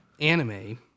anime